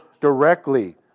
directly